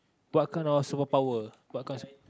what kind of super power what kind of